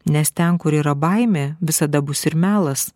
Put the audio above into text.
nes ten kur yra baimė visada bus ir melas